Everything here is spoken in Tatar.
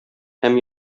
һәм